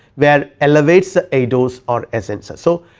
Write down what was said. where elevates the idos or essences. so,